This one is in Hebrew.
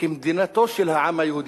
כמדינתו של העם היהודי.